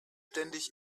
ständig